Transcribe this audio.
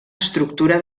estructura